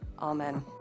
Amen